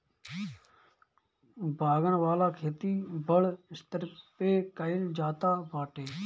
बागन वाला खेती बड़ स्तर पे कइल जाता बाटे